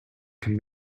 can